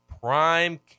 prime